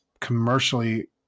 commercially